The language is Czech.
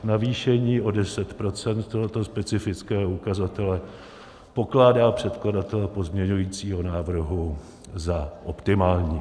Navýšení o 10 % tohoto specifického ukazatele pokládá předkladatel pozměňovacího návrhu za optimální.